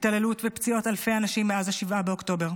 התעללות ופציעות אלפי אנשים מאז 7 באוקטובר.